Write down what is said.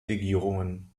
legierungen